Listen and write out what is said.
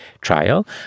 trial